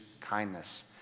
kindness